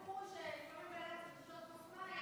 הסיפור הוא שלפעמים הבן אדם רוצה לשתות כוס מים,